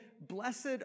blessed